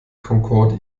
concorde